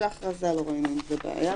לא רואים עם זה בעיה,